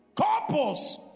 Corpus